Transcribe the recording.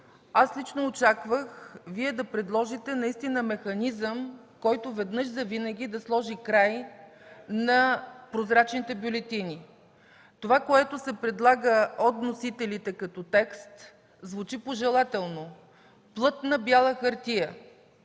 Аз лично очаквах Вие да предложите механизъм, който веднъж завинаги да сложи край на прозрачните бюлетини. Това, което се предлага от вносителите като текст звучи пожелателно – плътна бяла хартия.